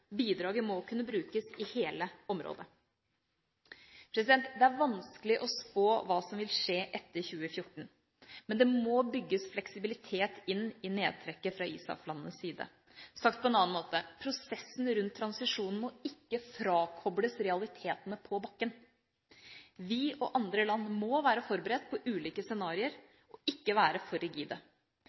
Bidraget må kunne brukes i hele området. Det er vanskelig å spå hva som vil skje etter 2014, men det må bygges fleksibilitet inn i nedtrekket fra ISAF-landenes side. Sagt på en annen måte: Prosessen rundt transisjonen må ikke frakobles realitetene på bakken. Vi og andre land må være forberedt på ulike scenarioer og ikke være for rigide.